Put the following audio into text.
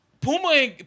Puma